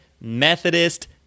Methodist